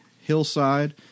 hillside